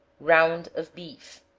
round of beef.